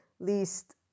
least